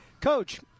Coach